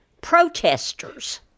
protesters